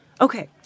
Okay